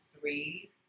three